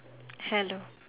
hello